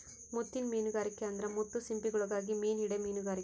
ಮುತ್ತಿನ್ ಮೀನುಗಾರಿಕೆ ಅಂದ್ರ ಮುತ್ತು ಸಿಂಪಿಗುಳುಗಾಗಿ ಮೀನು ಹಿಡೇ ಮೀನುಗಾರಿಕೆ